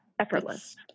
Effortless